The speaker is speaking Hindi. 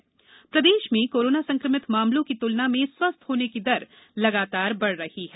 कोरोना प्रदेश प्रदेश में कोरोना संक्रमित मामलों की तुलना में स्वस्थ होने की दर लगातार बढ रही है